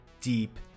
deep